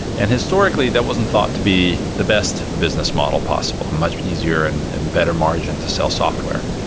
and historically, that wasn't thought to be the best business model possible, much easier and and better margin to sell software.